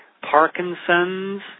Parkinson's